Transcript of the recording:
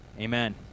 Amen